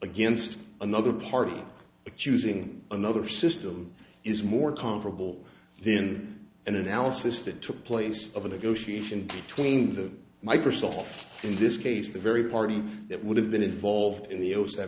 against another party accusing another system is more comparable then an analysis that took place of a negotiation between the microsoft in this case the very party that would have been involved in the